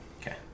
Okay